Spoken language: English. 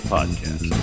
Podcast